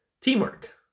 Teamwork